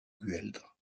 gueldre